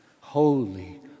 holy